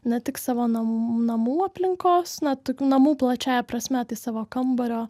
ne tik savo nam namų aplinkos na tokių namų plačiąja prasme tai savo kambario